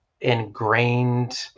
ingrained